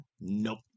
Nope